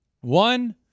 one